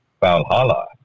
Valhalla